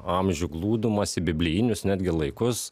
amžių glūdumas į biblijinius netgi laikus